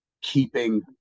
keeping